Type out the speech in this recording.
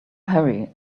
hurry